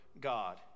God